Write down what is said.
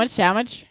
sandwich